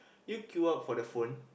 you queue up for the phone